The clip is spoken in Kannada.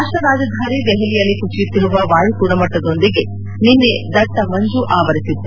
ರಾಷ್ಟ್ರದ ರಾಜಧಾನಿ ದೆಹಲಿಯಲ್ಲಿ ಕುಸಿಯುತ್ತಿರುವ ವಾಯು ಗುಣಮಟ್ಡದೊಂದಿಗೆ ನಿನ್ನೆ ದಟ್ನ ಮಂಜು ಆವರಿಸಿತ್ತು